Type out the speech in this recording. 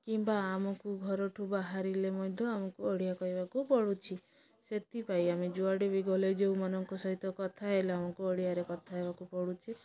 କିମ୍ବା ଆମକୁ ଘରଠୁ ବାହାରିଲେ ମଧ୍ୟ ଆମକୁ ଓଡ଼ିଆ କହିବାକୁ ପଡ଼ୁଛି ସେଥିପାଇଁ ଆମେ ଯୁଆଡ଼େ ବି ଗଲେ ଯେଉଁମାନଙ୍କ ସହିତ କଥା ହେଲେ ଆମକୁ ଓଡ଼ିଆରେ କଥା ହେବାକୁ ପଡ଼ୁଛି